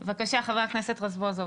בבקשה, חבר הכנסת רזבוזוב.